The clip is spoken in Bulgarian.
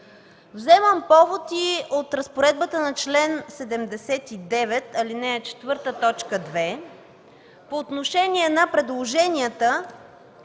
Вземам повод и от разпоредбата на чл. 79, ал. 4, т. 2 по отношение на предложенията